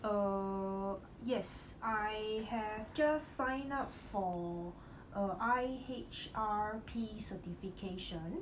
err yes I have just signed up for a I_H_R_P certification